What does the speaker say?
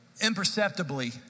imperceptibly